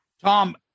Tom